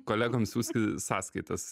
kolegom siųsti sąskaitas